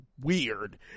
weird